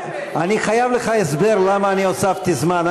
אני חייב לך הסבר למה הוספתי זמן.